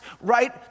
right